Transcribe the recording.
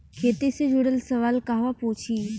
खेती से जुड़ल सवाल कहवा पूछी?